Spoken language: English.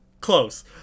Close